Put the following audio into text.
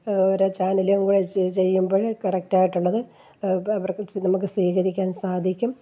ഓരോ ചാനലുകളും ചെ ചെയ്യുമ്പോള് കറക്റ്റായിട്ടുള്ളത് ഇപ്പോള് അവർക്ക് ച് നമുക്ക് സ്വീകരിക്കാൻ സാധിക്കും